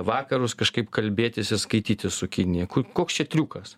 vakarus kažkaip kalbėtis ir skaitytis su kinija koks čia triukas